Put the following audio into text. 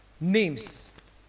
names